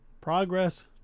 progress